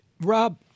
Rob